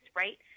right